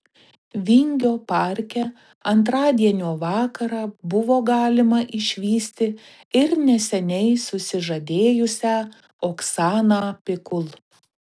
vingio parke antradienio vakarą buvo galima išvysti ir neseniai susižadėjusią oksaną pikul